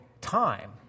time